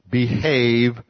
behave